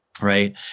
right